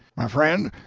my friend,